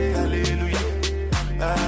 hallelujah